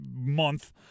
month